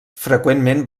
freqüentment